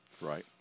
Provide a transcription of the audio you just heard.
Right